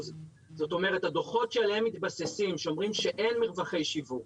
זאת אומרת שהדוחות שאומרים שאין מרווחי שיווק